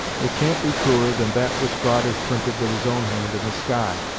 it can't be truer than that which god has printed with his own hand in the sky,